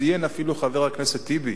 ציין אפילו חבר הכנסת טיבי